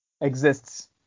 exists